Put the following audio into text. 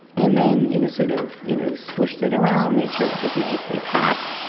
and then, you know, sort of you know swished it around, made sure it was nice ly packed.